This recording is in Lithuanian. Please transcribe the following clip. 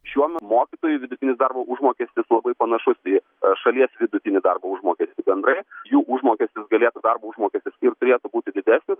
šiuo mokytojų vidutinis darbo užmokestis labai panašus į šalies vidutinį darbo užmokestį bendrai jų užmokestis galėtų darbo užmokestis ir turėtų būti didesnis